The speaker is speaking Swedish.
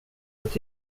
att